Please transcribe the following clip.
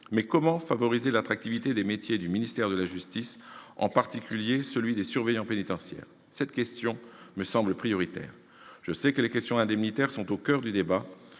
Mais comment favoriser l'attractivité des métiers du ministère de la justice, en particulier celui de surveillants pénitentiaires ? Cette question me semble prioritaire. Je sais que les questions indemnitaires sont au coeur du débat,